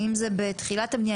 האם זה בתחילת הבניה,